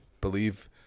believe